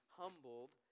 humbled